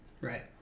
right